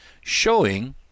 showing